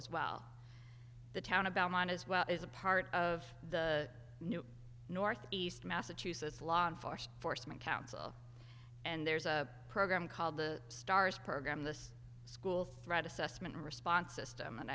as well the town about mine as well is a part of the new north east massachusetts law enforced foresman council and there's a program called the stars program the school threat assessment response system and